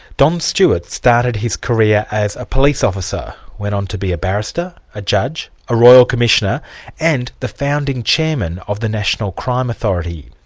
don stewart started his career as a police officer, went on to be a barrister, a judge, a royal commissioner and the founding chairman of the national crime authority.